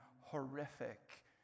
horrific